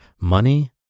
money